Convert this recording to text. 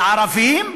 לערבים?